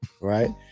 right